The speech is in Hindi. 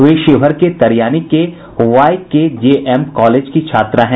वे शिवहर के तरियानी के वाईकेजेएम कॉलेज की छात्रा हैं